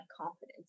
confidence